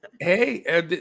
Hey